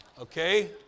Okay